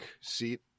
seat